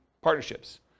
partnerships